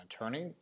attorney